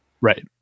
Right